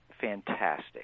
fantastic